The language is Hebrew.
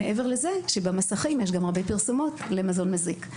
מעבר לכך שבמסכים יש גם הרבה פרסומות למזון מזיק,